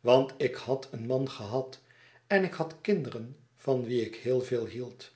want ik had een man gehad en ik had kinderen van wie ik heel veel hield